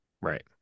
Right